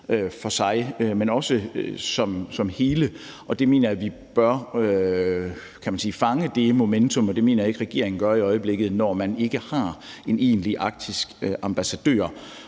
for sig, men også som et hele. Jeg mener, at vi bør fange det momentum, og det mener jeg ikke regeringen gør i øjeblikket, når man ikke har en egentlig arktisk ambassadør.